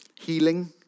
healing